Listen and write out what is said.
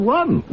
one